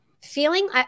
feeling